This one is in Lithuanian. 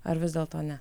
ar vis dėl to ne